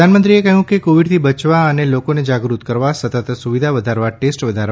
પ્રધાનમંત્રીએ કહ્યું કે કોવિડથી બચવા અને લોકોને જાગૃત કરવા સતત સુવિધા વધારવા ટેસ્ટ વધારવા પ્રયાસો યાલુ છે